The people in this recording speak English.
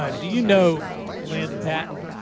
ah do you know lynne patton?